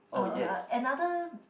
uh another